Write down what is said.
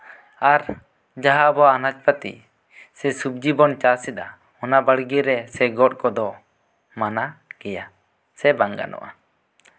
ᱟᱨ ᱡᱟᱦᱟᱸ ᱟᱵᱚᱣᱟᱜ ᱟᱱᱟᱪᱯᱟᱛᱤ ᱥᱮ ᱥᱚᱵᱡᱤ ᱵᱚᱱ ᱪᱟᱥᱮᱫᱟ ᱚᱱᱟ ᱵᱟᱲᱜᱮ ᱨᱮ ᱥᱮ ᱜᱚᱫ ᱠᱚᱫᱚ ᱢᱟᱱᱟ ᱜᱮᱭᱟ ᱥᱮ ᱵᱟᱝ ᱜᱟᱱᱚᱜᱼᱟ